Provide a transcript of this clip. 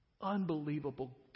unbelievable